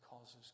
causes